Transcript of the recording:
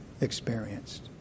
experienced